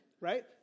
right